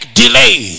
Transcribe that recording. delay